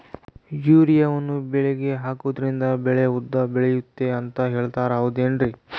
ಯೂರಿಯಾವನ್ನು ಬೆಳೆಗೆ ಹಾಕೋದ್ರಿಂದ ಬೆಳೆ ಉದ್ದ ಬೆಳೆಯುತ್ತೆ ಅಂತ ಹೇಳ್ತಾರ ಹೌದೇನ್ರಿ?